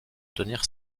tenir